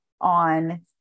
on